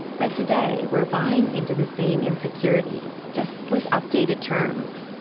but today we're buying into the same insecurities just with updated terms.